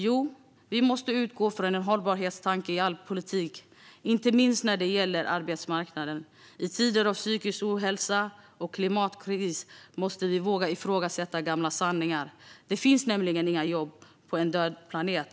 Jo, vi måste utgå från en hållbarhetstanke i all politik, inte minst när det gäller arbetsmarknaden. I tider av psykisk ohälsa och klimatkris måste vi våga ifrågasätta gamla sanningar. Det finns nämligen inga jobb på en död planet.